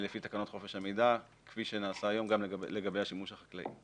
לפי תקנות חופש המידע כפי שנעשה היום לגבי השימוש החקלאי.